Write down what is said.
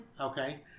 okay